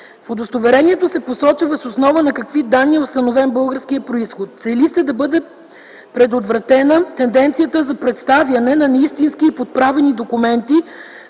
В удостоверението се посочва въз основа на какви данни е установен българският произход. Цели се да бъде предотвратена тенденцията за представяне на неистински и подправени документи